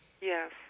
Yes